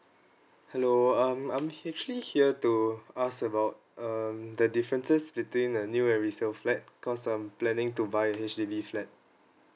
hello um I'm actually here to ask about um the differences between a new and resale flat cause I'm planning to buy a H_D_B flat